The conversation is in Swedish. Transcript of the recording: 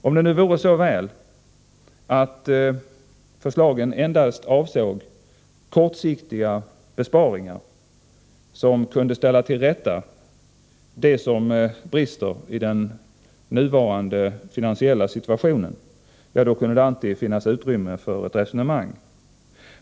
Om det vore så väl att förslagen endast avsåg kortsiktiga besparingar, som skulle kunna ställa till rätta det som brister i den nuvarande finansiella situationen, då kunde det finnas utrymme för ett resonemang.